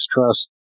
Trust